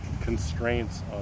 constraints